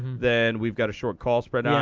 then we've got a short call spread on,